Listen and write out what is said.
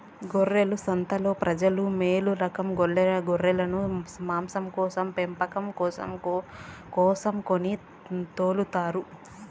గొర్రెల సంతలో ప్రజలు మేలురకం గొర్రెలను మాంసం కోసం పెంపకం కోసం కొని తోలుకుపోతారు